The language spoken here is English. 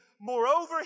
Moreover